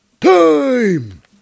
time